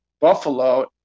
Buffalo